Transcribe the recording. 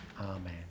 Amen